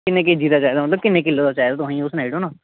किन्ने केजी दा किन्ने किल दा चाहिदा तुसें गी ओह् सुनाई ओड़ो ना